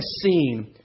seen